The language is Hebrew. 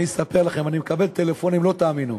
אני אספר לכם, אני מקבל טלפונים, לא תאמינו.